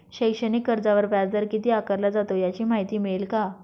शैक्षणिक कर्जावर व्याजदर किती आकारला जातो? याची माहिती मिळेल का?